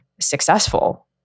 successful